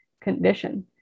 condition